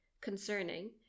concerning